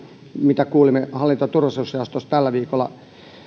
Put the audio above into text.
minkä kuulimme hallinto ja turvallisuusjaostossa tällä viikolla